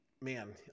man